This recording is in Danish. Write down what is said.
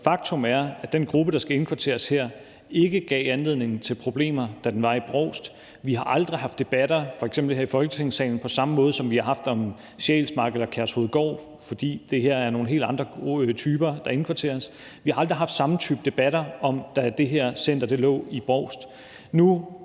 Faktum er, at den gruppe, der skal indkvarteres her, ikke gav anledning til problemer, da den var i Brovst. Vi har aldrig haft debatter om den, f.eks. her i Folketingssalen, på samme måde, som vi har haft det om Sjælsmark og Kærshovedgård, fordi det er nogle helt andre gode typer, der indkvarteres her. Vi har aldrig haft samme type debatter om det her center, da det lå i Brovst.